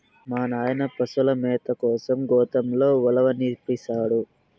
మా నాయన పశుల మేత కోసం గోతంతో ఉలవనిపినాడు